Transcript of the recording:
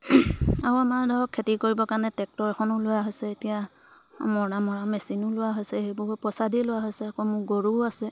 আৰু আমাৰ ধৰক খেতি কৰিবৰ কাৰণে ট্ৰেক্টৰখনো লোৱা হৈছে এতিয়া মৰণা মৰা মেচিনো লোৱা হৈছে সেইবোৰ পইচা দিয়ে লোৱা হৈছে আকৌ মোক গৰুও আছে